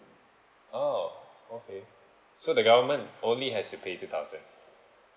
oh okay so the government only has to pay two thousand